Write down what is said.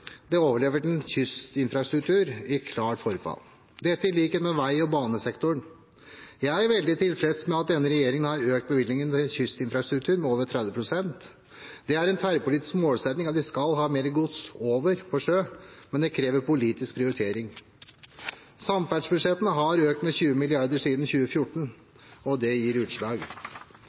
det overlevert en kystinfrastruktur i klart forfall – dette i likhet med vei- og banesektoren. Jeg er veldig tilfreds med at denne regjeringen har økt bevilgningene til kystinfrastruktur med over 30 pst. Det er en tverrpolitisk målsetting at vi skal ha mere gods over på sjø, men det krever politisk prioritering. Samferdselsbudsjettene har økt med 20 mrd. kr siden 2014, og det gir utslag.